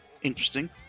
Interesting